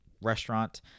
restaurant